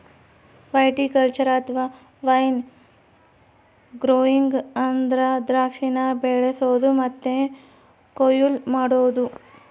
viticulture ಅಥವಾ wine growing ಅಂದ್ರ ದ್ರಾಕ್ಷಿನ ಬೆಳಿಸೊದು ಮತ್ತೆ ಕೊಯ್ಲು ಮಾಡೊದು